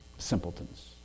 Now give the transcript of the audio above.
Simpletons